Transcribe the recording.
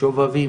שובבים